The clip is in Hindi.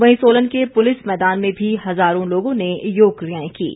वहीं सोलन के पुलिस मैदान में भी हजारों लोगों ने योग कियाएं कीं